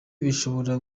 bishobora